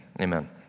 Amen